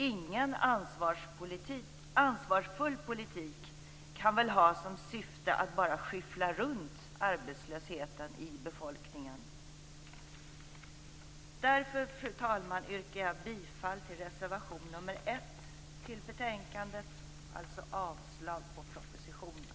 Ingen ansvarsfull politik kan ha som syfte att bara skyffla runt arbetslösheten i befolkningen. Därför, fru talman, yrkar jag bifall till reservation nr 1 till betänkandet, dvs. avslag på propositionen.